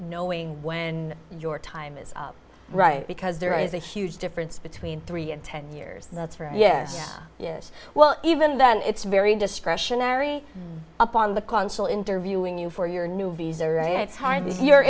knowing when your time is right because there is a huge difference between three and ten years that's right yes yes well even then it's very discretionary upon the consul interviewing you for your new visa right it's hard to hear